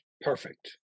perfect